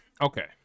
Okay